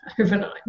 overnight